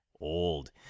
old